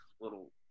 little